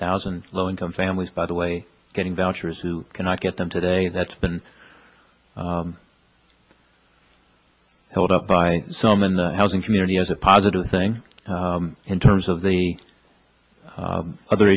thousand low income families by the way getting vouchers who cannot get them today that's been held up by some and the housing community as a positive thing in terms of the other